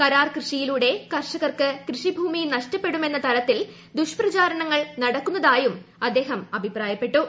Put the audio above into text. കരാർ കൃഷിയിലൂടെ കർഷകർക്ക് കൃഷി ഭൂമി നഷ്ടപ്പെടുമെന്ന തരത്തിൽ ദുഷ്പ്രചാരണങ്ങൾ നടക്കുന്നതായും അദ്ദേഹം അഭിപ്രായപ്പെട്ടു